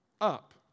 up